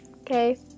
Okay